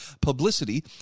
publicity